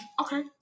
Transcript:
Okay